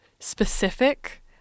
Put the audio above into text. specific